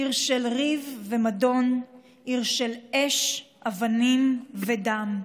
עיר של ריב ומדון, עיר של אש, אבנים ודם.